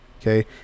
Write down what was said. Okay